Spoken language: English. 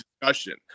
discussion